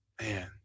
man